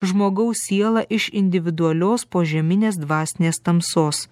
žmogaus sielą iš individualios požeminės dvasinės tamsos